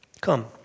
Come